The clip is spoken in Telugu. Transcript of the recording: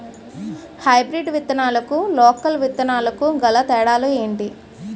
హైబ్రిడ్ విత్తనాలకు లోకల్ విత్తనాలకు గల తేడాలు ఏంటి?